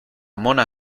mona